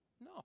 No